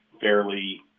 fairly